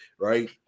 right